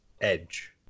edge